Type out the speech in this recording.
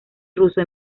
russo